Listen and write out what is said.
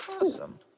Awesome